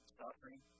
suffering